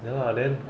ya lah then